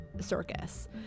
circus